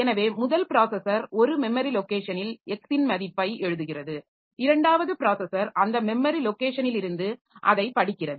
எனவே முதல் ப்ராஸஸர் ஒரு மெமரி லாெக்கேஷனில் X ன் மதிப்பை எழுதுகிறது இரண்டாவது ப்ராஸஸர் அந்த மெமரி லாெக்கேஷனிலிருந்து அதைப் படிக்கிறது